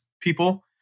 people